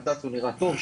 הנת"צ נראה טוב,